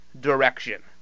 direction